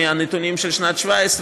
מהנתונים של שנת 2017,